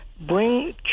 bring